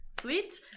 Sweet